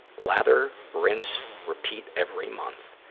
lather, rinse, repeat every month.